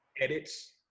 edits